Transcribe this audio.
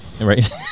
right